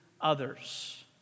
others